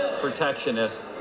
protectionist